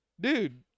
dude